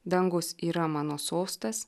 dangus yra mano sostas